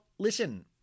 listen